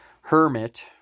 hermit